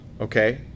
okay